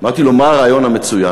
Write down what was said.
אמרתי לו: מה הרעיון המצוין?